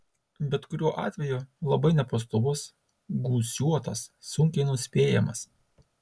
bet kuriuo atveju labai nepastovus gūsiuotas sunkiai nuspėjamas